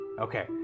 Okay